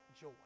joy